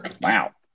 Wow